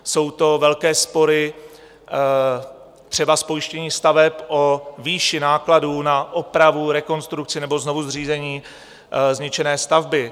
Jsou to velké spory třeba z pojištění staveb o výši nákladů na opravu, rekonstrukci nebo znovu zřízení zničené stavby.